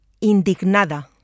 indignada